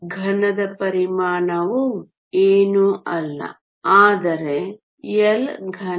ಘನದ ಪರಿಮಾಣವು ಏನೂ ಅಲ್ಲ ಆದರೆ ಎಲ್ ಘನ